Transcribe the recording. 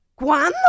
¿Cuándo